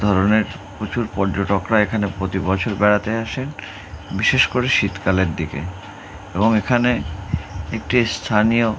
ধরনের প্রচুর পর্যটকরা এখানে প্রতি বছর বেড়াতে আসেন বিশেষ করে শীতকালের দিকে এবং এখানে একটি স্থানীয়